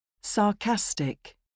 Sarcastic